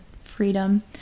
freedom